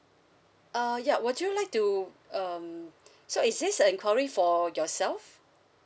uh ya would you like to um so is this enquiry for yourself